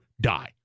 die